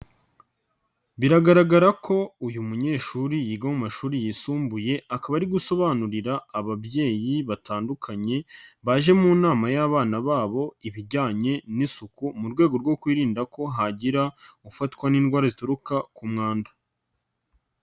Biragaragara ko uyu munyeshuri yiga mu mashuri yisumbuye, akaba ari gusobanurira ababyeyi batandukanye baje mu nama y'abana babo ibijyanye n'isuku mu rwego rwo kwirinda ko hagira ufatwa n'indwara zituruka ku mwanda.